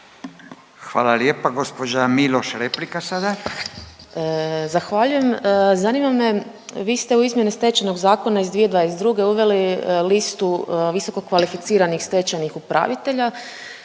Hvala lijepa. Gospođa Miloš, replika sada. **Miloš, Jelena (Možemo!)** Zahvaljujem. Zanima me vi ste u izmjene Stečajnog zakona iz 2022. uveli listu visoko kvalificiranih stečajnih upravitelja.